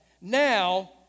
Now